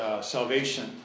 salvation